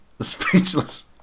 speechless